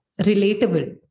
relatable